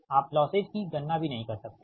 आप लौसेज की गणना भी नहीं कर सकते है